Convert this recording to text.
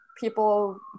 people